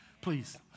please